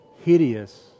hideous